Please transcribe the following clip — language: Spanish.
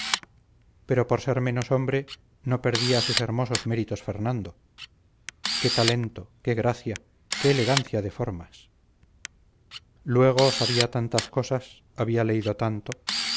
pero por ser menos hombre no perdía sus hermosos méritos fernando qué talento qué gracia qué elegancia de formas luego sabía tantas cosas había leído tanto